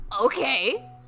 Okay